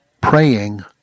praying